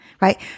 right